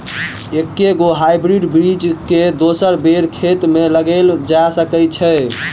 एके गो हाइब्रिड बीज केँ दोसर बेर खेत मे लगैल जा सकय छै?